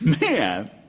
Man